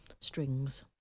Strings